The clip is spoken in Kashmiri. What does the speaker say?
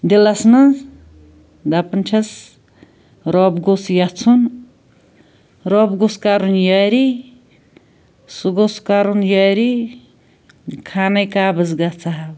دِلَس مَنٛز دپان چھیٚس روٚب گوٚژھ یَژھُن روٚب گوٚژھ کرُن یٲری سُہ گوٚژھ کَرُن یٲری خانٔہ کعبَس گَژھہٕ ہا